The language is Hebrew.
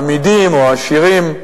אמידים או עשירים,